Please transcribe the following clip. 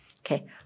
Okay